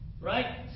Right